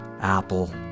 Apple